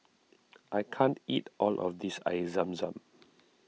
I can't eat all of this Air Zam Zam